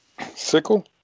Sickle